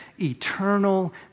eternal